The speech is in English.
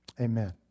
Amen